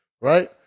right